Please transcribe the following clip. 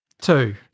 two